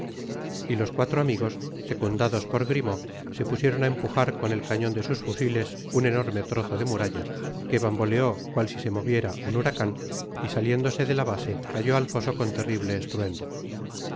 y los cuatro amigos secundados por grimaud se pusieron á empujar con el cañon de sus fusiles un enorme trozo de muralla que bamboleó cual si le moviera un huracan y saliéndose de la base cayó al foso con terrible estruendo